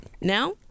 now